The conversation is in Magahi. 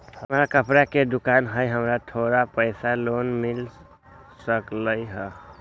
हमर कपड़ा के दुकान है हमरा थोड़ा पैसा के लोन मिल सकलई ह?